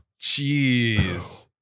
Jeez